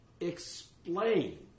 explain